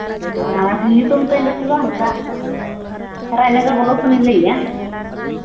ᱟᱨ ᱧᱩᱛᱩᱢ ᱛᱤᱧ ᱫᱚ ᱯᱷᱩᱞᱳ ᱦᱟᱸᱥᱫᱟ ᱨᱟᱡᱽ ᱱᱚᱜᱚᱨ ᱵᱞᱚᱠ ᱠᱷᱚᱱᱤᱧ ᱞᱟᱹᱭᱮᱜᱼᱟ